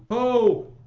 o,